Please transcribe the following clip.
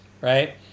right